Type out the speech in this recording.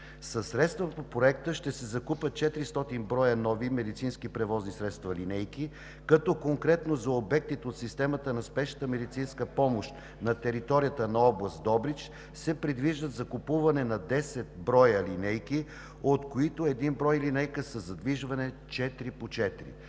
Със средства от Проекта ще се закупят 400 броя нови медицински превозни средства – линейки, като конкретно за обектите от системата на спешната медицинска помощ на територията на област Добрич се предвижда закупуване на 10 броя линейки, от които един брой линейка със задвижване 4х4.